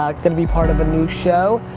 gonna be part of a new show.